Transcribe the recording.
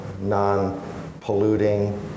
non-polluting